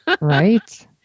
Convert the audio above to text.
Right